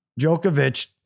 Djokovic